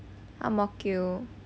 ang mo kio